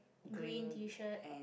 green t-shirt